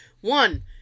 One